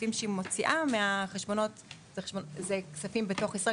הכספים שהיא מוציאה מהחשבונות אלה כספים בתוך ישראל,